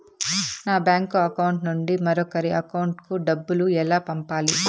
నా bank account నుండి మరొకరి అకౌంట్ కు డబ్బులు ఎలా పంపాలి